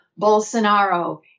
Bolsonaro